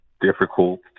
difficult